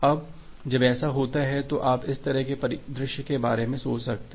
अब जब ऐसा होता है तो आप इस तरह के परिदृश्य के बारे में सोच सकते हैं